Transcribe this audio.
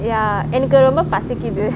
ya எனக்கு ரொம்ப பசிக்குது:enaku rombe pasikuthu